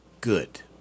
good